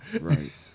Right